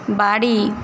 বাড়ি